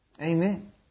Amen